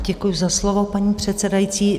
Děkuji za slovo, paní předsedající.